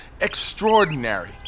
extraordinary